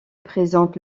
présente